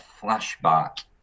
flashback